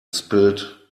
spilled